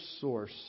source